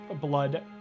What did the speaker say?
blood